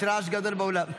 יש רעש גדול באולם.